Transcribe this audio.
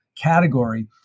category